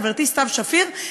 חברתי סתיו שפיר,